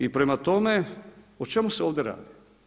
I prema tome o čemu se ovdje radi?